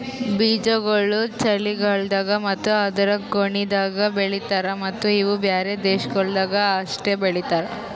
ಬೀಜಾಗೋಳ್ ಚಳಿಗಾಲ್ದಾಗ್ ಮತ್ತ ಅದೂರು ಕೊನಿದಾಗ್ ಬೆಳಿತಾರ್ ಮತ್ತ ಇವು ಬ್ಯಾರೆ ದೇಶಗೊಳ್ದಾಗ್ ಅಷ್ಟೆ ಬೆಳಿತಾರ್